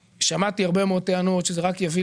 שמעתי הרבה מאוד טענות שזה רק יביא